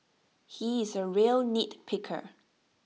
he is A real nitpicker